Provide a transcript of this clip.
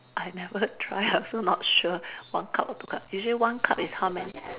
I never try I also not sure one cup or two cup usually one cup is how many